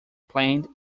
plant